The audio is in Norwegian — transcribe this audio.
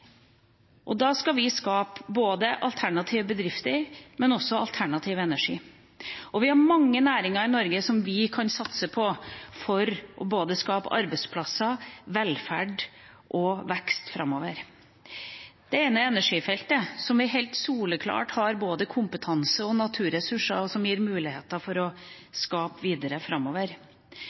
over. Da skal vi skape alternative bedrifter og også alternativ energi. Vi har mange næringer i Norge som vi kan satse på for å skape både arbeidsplasser, velferd og vekst framover. Det ene er energifeltet, der vi helt soleklart har både kompetanse og naturressurser som gir muligheter for å skape videre framover.